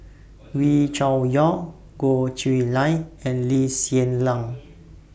Wee Cho Yaw Goh Chiew Lye and Lee Hsien Yang